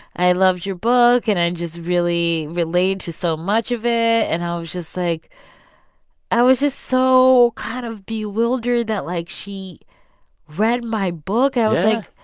i loved your book, and i and just really relate to so much of it. and i was just like i was just so kind of bewildered that, like, she read my book yeah i was like,